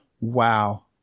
wow